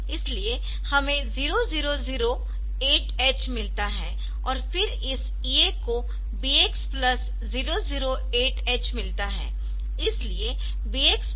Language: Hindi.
इसलिए हमें 0008H मिलता है और फिर इस EA को BX प्लस 008H मिलता है